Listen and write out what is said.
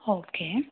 okay